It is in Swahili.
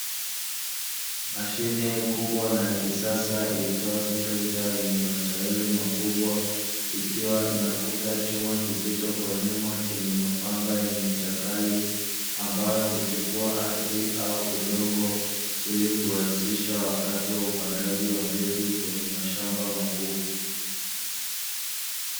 Mashine kubwa na ya kisasa iitwayo trekta yenye matairi makubwa, ikiwa inavuta chuma kizito kwa nyuma chenye mapanga yenye ncha kali ambayo hutifua ardhi au udongo, ili kurahisisha wakati wa upandaji wa mbegu kwenye mashamba makubwa.